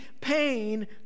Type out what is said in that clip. pain